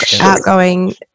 outgoing